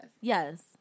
Yes